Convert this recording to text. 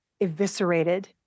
eviscerated